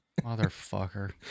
Motherfucker